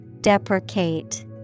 deprecate